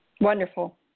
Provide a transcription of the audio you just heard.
Wonderful